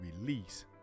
release